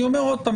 אני אומר שוב,